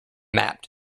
mapped